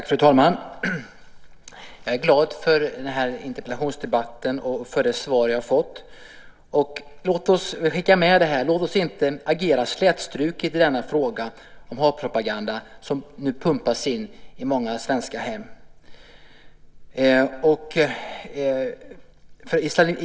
Fru talman! Jag är glad för den här interpellationsdebatten och för det svar vi har fått. Låt oss skicka med det här. Låt oss inte agera slätstruket i denna fråga om den hatpropaganda som nu pumpas in i många svenska hem.